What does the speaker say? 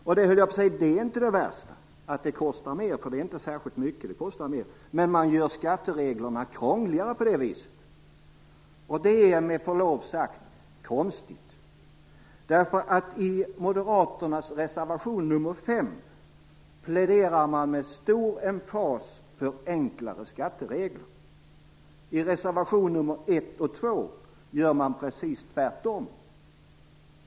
Och det är inte det värsta - det kostar inte särskilt mycket mer. Men på det viset gör man skattereglerna krångligare, och det är med förlov sagt konstigt. I Moderaternas reservation nr 5 pläderar man med stor emfas för enklare skatteregler. I reservation nr 1 och 2 gör man precis tvärtom!